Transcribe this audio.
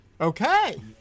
Okay